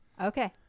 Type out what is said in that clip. Okay